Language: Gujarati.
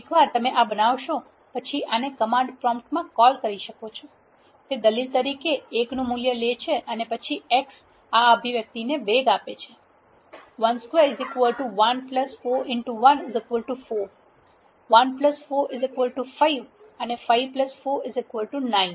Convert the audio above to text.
એકવાર તમે આ બનાવશો પછી તમે આને કમાન્ડ પ્રોમ્પ્ટ માં કોલ કરી શકો છો તે દલીલ તરીકે એકનું મૂલ્ય લે છે અને પછી x's આ અભિવ્યક્તિને વેગ આપે છે 12 1 4 4 1 4 5 અને 5 4 9